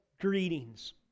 greetings